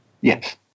Yes